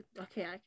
Okay